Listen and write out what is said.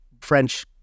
french